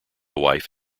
wife